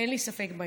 אין לי ספק בעניין.